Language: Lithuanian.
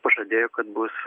pažadėjo kad bus